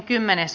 asia